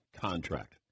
contract